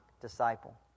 disciple